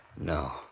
No